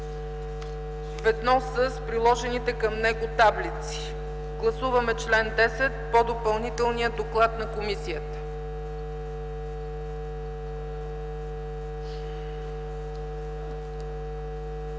ведно с предложените към него таблици. Гласуваме чл. 10 по Допълнителния доклад на комисията.